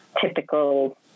typical